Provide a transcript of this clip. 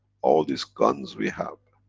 all this guns we have?